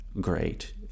great